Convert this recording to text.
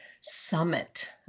summit